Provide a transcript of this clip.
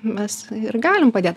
mes ir galim padėt